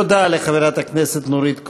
תודה לחברת הכנסת נורית קורן.